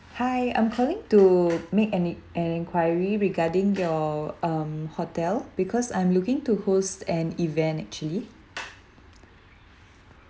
hi I'm calling to make an an enquiry regarding your um hotel because I'm looking to host an event actually